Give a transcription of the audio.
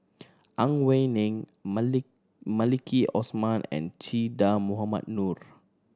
Ang Wei Neng Maliki Osman and Che Dah Mohamed Noor